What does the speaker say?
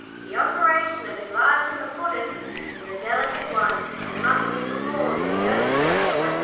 the operation of enlarging the puddin is a delicate one, and must be performed in the open air.